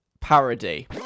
parody